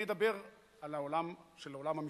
אני אדבר על עולם המשפט,